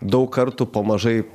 daug kartų po mažai